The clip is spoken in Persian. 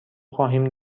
خواهیم